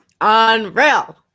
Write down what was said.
unreal